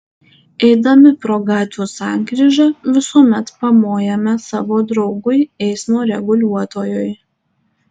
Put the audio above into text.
eidami pro gatvių sankryžą visuomet pamojame savo draugui eismo reguliuotojui